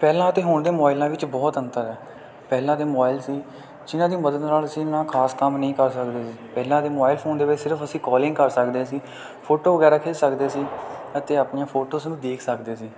ਪਹਿਲਾਂ ਅਤੇ ਹੁਣ ਦੇ ਮੋਬਾਈਲਾਂ ਵਿੱਚ ਬਹੁਤ ਅੰਤਰ ਹੈ ਪਹਿਲਾਂ ਦੇ ਮੋਬਾਈਲ ਸੀ ਜਿਨ੍ਹਾਂ ਦੀ ਮਦਦ ਨਾਲ ਅਸੀ ਨਾ ਖ਼ਾਸ ਕੰਮ ਨਹੀ ਕਰ ਸਕਦੇ ਸੀ ਪਹਿਲਾਂ ਦੇ ਮੋਬਾਇਲ ਫੋਨ ਦੇ ਵਿੱਚ ਸਿਰਫ਼ ਅਸੀਂ ਕਾਲਿੰਗ ਕਰ ਸਕਦੇ ਸੀ ਫੋਟੋ ਵਗੈਰਾ ਖਿੱਚ ਸਕਦੇ ਸੀ ਅਤੇ ਆਪਣੀਆ ਫੋਟੋਸ ਨੂੰ ਦੇਖ ਸਕਦੇ ਸੀ